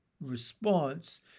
response